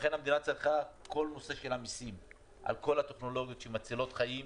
לכן המדינה צריכה את כל הנושא של המסים על כל הטכנולוגיות שמצילות חיים,